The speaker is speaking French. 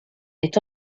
est